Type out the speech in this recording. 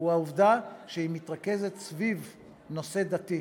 הוא העובדה שהיא מתרכזת סביב נושא דתי,